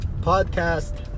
podcast